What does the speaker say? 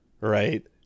right